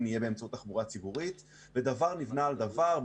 יהיו באמצעות תחבורה ציבורית ודבר נבנה על דבר.